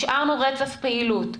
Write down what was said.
השארנו רצף פעילות.